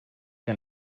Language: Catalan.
que